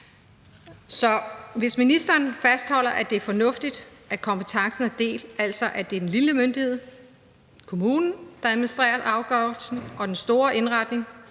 Så hvis ministeren fastholder, at det er fornuftigt, at kompetencen er delt, altså at det er den lille myndighed, kommunen, der administrerer afgørelsen om den store indretning,